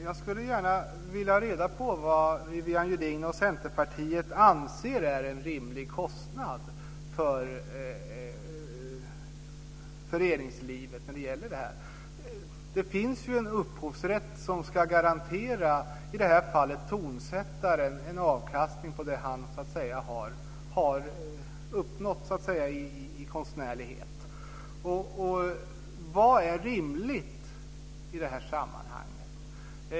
Fru talman! Jag vill gärna ha reda på vad Viviann Gerdin och Centerpartiet anser är en rimlig kostnad för föreningslivet. Det finns en upphovsrätt som ska garantera tonsättaren en avkastning på det han uppnått i konstnärlighet. Vad är rimligt i detta sammanhang?